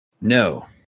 No